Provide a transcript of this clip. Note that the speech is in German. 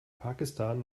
pakistan